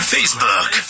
Facebook